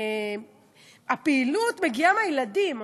הפעילות מגיעה מהילדים.